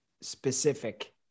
specific